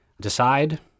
decide